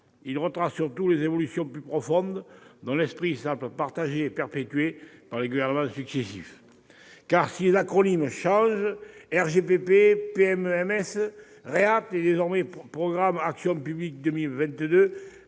Ils retracent surtout des évolutions plus profondes, dont l'esprit semble partagé et perpétué par les gouvernements successifs. Car, si les acronymes changent- RGPP, PMMS, RéATE et désormais PAP 2022